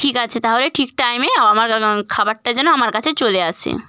ঠিক আছে তাহলে ঠিক টাইমে আমার খাবারটা যেন আমার কাছে চলে আসে